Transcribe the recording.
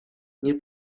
nie